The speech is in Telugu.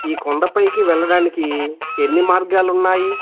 ఈ కొండపైకి వెళ్ళడానికి ఎన్ని మార్గాలున్నాయి